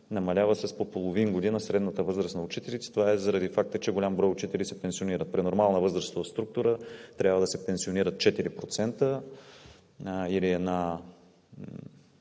намаляват с по половин година средната възраст на учителите. Това е заради факта, че голям брой учители се пенсионират. При нормална възрастова структура трябва да се пенсионират 4% – 5%, или една